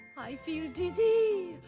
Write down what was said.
i feel dizzy,